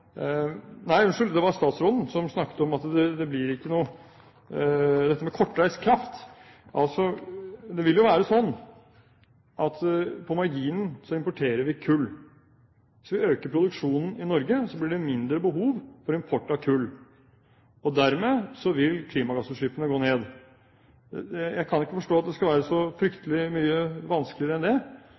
på marginen importerer vi kull. Hvis vi øker produksjonen i Norge, blir det mindre behov for import av kull, og dermed vil klimagassutslippene gå ned. Jeg kan ikke forstå at det skal være så fryktelig mye vanskeligere enn det,